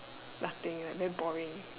nothing lah damn boring